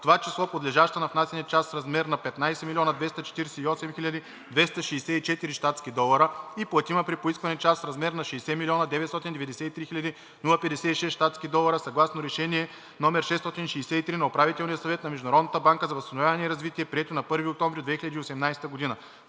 това число подлежаща на внасяне част в размер на 15 248 264 щатски долара и платима при поискване част в размер на 60 993 056 щатски долара, съгласно Решение № 663 на Управителния съвет на Международната банка за възстановяване и развитие, прието на 1 октомври 2018 г.